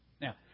Now